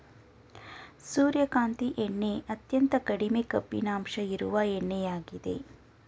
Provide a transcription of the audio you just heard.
ಸೂರ್ಯಕಾಂತಿ ಎಣ್ಣೆ ಅತ್ಯಂತ ಕಡಿಮೆ ಕೊಬ್ಬಿನಂಶ ಇರುವ ಎಣ್ಣೆಯಾಗಿದೆ